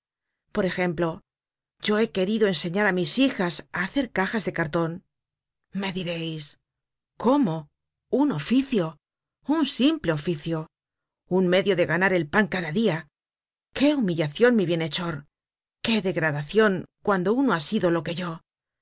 por ejemplo yo he querido enseñar á mis hijas á hacer cajas de carton me direis cómo un oficio un simple oficio un medio de ganar el pan de cada dia qué humillacion mi bienhechor qué degradacion cuando uno ha sido lo que yo ay